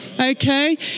Okay